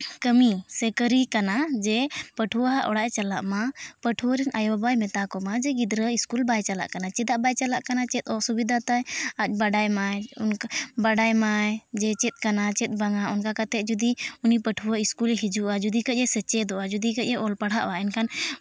ᱠᱟᱹᱢᱤ ᱥᱮ ᱠᱟᱹᱨᱤ ᱠᱟᱱᱟ ᱡᱮ ᱯᱟᱹᱴᱷᱩᱣᱟᱹᱣᱟᱜ ᱚᱲᱟᱜ ᱮ ᱪᱟᱞᱟᱜ ᱢᱟ ᱯᱟᱹᱴᱷᱩᱣᱟᱹ ᱨᱮᱱ ᱟᱭᱳᱼᱵᱟᱵᱟᱭ ᱢᱮᱛᱟ ᱠᱚᱢᱟ ᱯᱟᱹᱴᱷᱩᱣᱟᱹ ᱥᱠᱩᱞ ᱵᱟᱭ ᱪᱟᱞᱟᱜ ᱠᱟᱱᱟ ᱪᱮᱫᱟᱜ ᱵᱟᱭ ᱪᱟᱞᱟᱜ ᱠᱟᱱᱟ ᱪᱮᱫ ᱚᱥᱩᱵᱤᱫᱷᱟ ᱛᱟᱭ ᱟᱨ ᱵᱟᱰᱟᱭ ᱢᱟᱭ ᱵᱟᱰᱟᱭ ᱢᱟᱭ ᱡᱮ ᱪᱮᱫ ᱠᱟᱱᱟ ᱪᱮᱫ ᱵᱟᱝᱟ ᱚᱱᱠᱟ ᱠᱟᱛᱮ ᱡᱩᱫᱤ ᱩᱱᱤ ᱯᱟᱹᱴᱷᱩᱣᱟᱹ ᱥᱠᱩᱞᱮ ᱦᱤᱡᱩᱜᱼᱟ ᱡᱩᱫᱤ ᱠᱟᱹᱡ ᱮ ᱥᱮᱪᱮᱫᱚᱜᱼᱟ ᱡᱩᱫᱤ ᱠᱟᱹᱡ ᱮ ᱚᱞ ᱯᱟᱲᱦᱟᱜᱼᱟ ᱮᱱᱠᱷᱟᱱ